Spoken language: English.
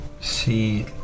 see